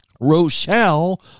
Rochelle